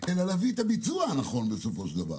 אלא להביא את הביצוע הנכון בסופו של דבר.